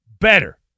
better